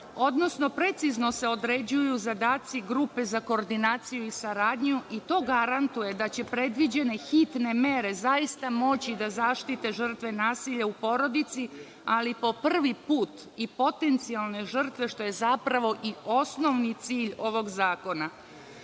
odnosno precizno se određuju zadaci grupe za koordinaciju i saradnju i to garantuje da će predviđene hitne mere zaista moći da zaštite žrtve nasilja u porodici, ali po prvi put i potencijalne žrtve, što je zapravo i osnovni cilj ovog zakona. Posebna